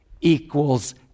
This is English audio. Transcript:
equals